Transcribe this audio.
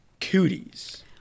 cooties